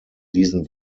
diesen